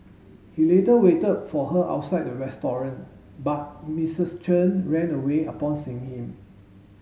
he later waited for her outside the restaurant but Mrs Chen ran away upon seeing him